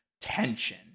Tension